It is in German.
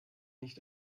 nicht